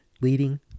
leading